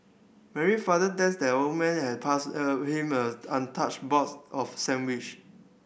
Mary father thanks the old man and passed him a untouched box of sandwich